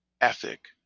ethic